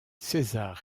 césar